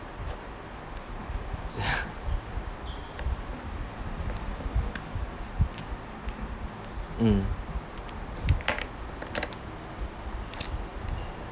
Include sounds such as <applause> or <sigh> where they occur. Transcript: mm <noise>